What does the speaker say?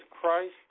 Christ